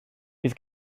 bydd